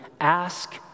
ask